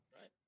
Right